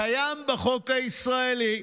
קיים בחוק הישראלי.